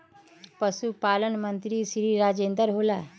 पशुपालन मंत्री श्री राजेन्द्र होला?